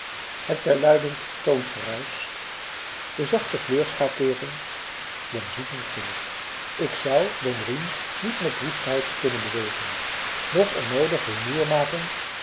het welluidend toongeruisch de zachte kleurschakeering den zoeten geur ik zou den riem niet met woestheid kunnen bewegen noch onnoodig rumoer maken